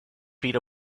feet